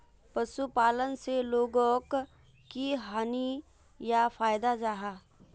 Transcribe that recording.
पशुपालन से लोगोक की हानि या फायदा जाहा?